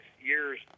years